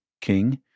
King